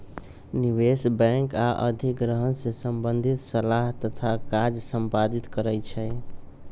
निवेश बैंक आऽ अधिग्रहण से संबंधित सलाह तथा काज संपादित करइ छै